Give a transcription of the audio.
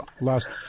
last